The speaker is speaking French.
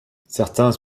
certains